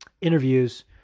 interviews